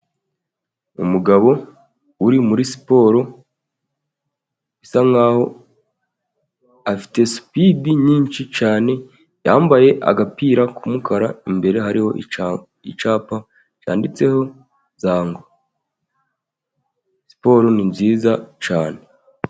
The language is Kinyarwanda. Umugabo uri muri siporo, bisa nkaho afite sipidi nyinshi cyane, yambaye agapira k'umukara, imbere hariho icyapa cyanditseho ngo siporo ni nziza cyane.